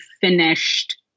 finished